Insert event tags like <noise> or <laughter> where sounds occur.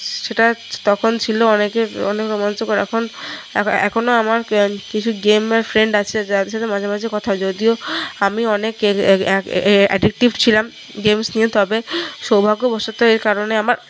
সেটা তখন ছিল অনেকের অনেক রোমাঞ্চকর এখন এখনো আমার কি কিছু গেমের ফ্রেন্ড আছে যাদের সাথে মাঝে মাঝে কথা হয় যদিও আমি অনেক কে <unintelligible> অ্যাডিক্টিভ ছিলাম গেমস নিয়ে তবে সৌভাগ্যবশত এর কারণে আমার